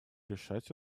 решать